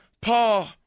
Paul